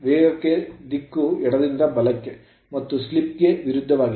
ವೇಗದ ದಿಕ್ಕು ಎಡದಿಂದ ಬಲಕ್ಕೆ ಮತ್ತು ಸ್ಲಿಪ್ ಗೆ ವಿರುದ್ಧವಾಗಿದೆ